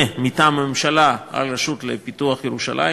מטעם הממשלה על הרשות לפיתוח ירושלים,